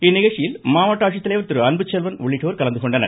இந்நிகழ்ச்சியில் மாவட்ட ஆட்சித்தலைவர் திரு அன்புச்செல்வன் உள்ளிட்டோர் கலந்து கொண்டனர்